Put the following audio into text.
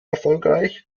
erfolgreich